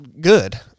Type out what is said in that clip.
good